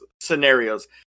scenarios